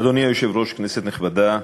אדוני היושב-ראש, כנסת נכבדה,